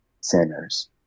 sinners